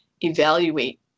evaluate